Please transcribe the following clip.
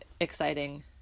exciting